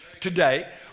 today